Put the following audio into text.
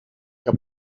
que